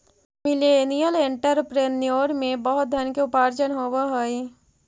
millennial entrepreneur में बहुत धन के उपार्जन होवऽ हई